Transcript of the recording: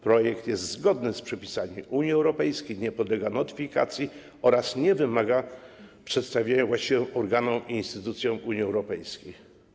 Projekt jest zgodny z przepisami Unii Europejskiej, nie podlega notyfikacji oraz nie wymaga przedstawienia właściwy organom i instytucjom Unii Europejskiej.